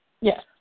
Yes